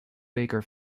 baker